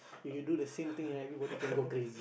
if you do the same thing right everybody can go crazy